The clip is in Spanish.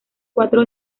cuatro